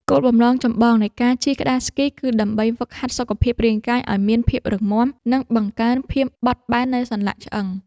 គោលបំណងចម្បងនៃការជិះក្ដារស្គី គឺដើម្បីហ្វឹកហាត់សុខភាពរាងកាយឱ្យមានភាពរឹងមាំ និងបង្កើនភាពបត់បែននៃសន្លាក់ឆ្អឹង។